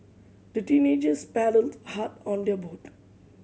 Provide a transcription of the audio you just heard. the teenagers paddled hard on their boat